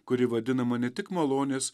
kuri vadinama ne tik malonės